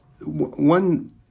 One